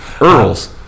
Earl's